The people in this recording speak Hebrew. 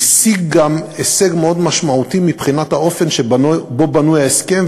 השיג הישג מאוד משמעותי מבחינת האופן שבו בנוי ההסכם,